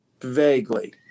Vaguely